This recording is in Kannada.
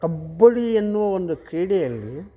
ಕಬಡ್ಡಿ ಎನ್ನುವ ಒಂದು ಕ್ರೀಡೆಯಲ್ಲಿ